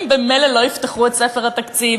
הם ממילא לא יפתחו את ספר התקציב,